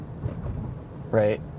Right